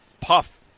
Puff